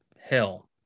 hell